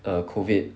err COVID